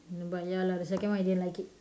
but ya lah the second one I didn't like it